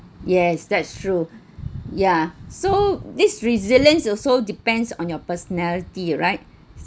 yes that's true yeah so this resilience also depends on your personality right